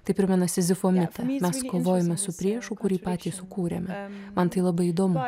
tai primena sizifo mitą mes kovojame su priešu kurį patys sukūrėme man tai labai įdomu